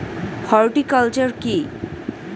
Horticulture কি?